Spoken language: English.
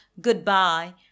goodbye